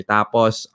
Tapos